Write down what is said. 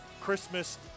Christmas